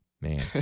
Man